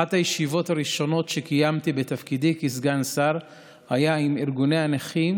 אחת הישיבות הראשונות שקיימתי בתפקידי כסגן שר הייתה עם ארגוני הנכים,